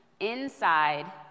Inside